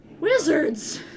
Wizards